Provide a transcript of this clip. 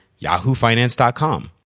yahoofinance.com